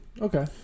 Okay